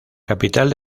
capital